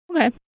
Okay